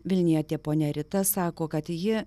vilnietė ponia rita sako kad ji